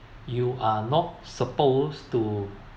you are not supposed to